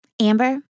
Amber